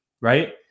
right